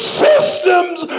systems